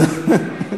אז,